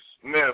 Smith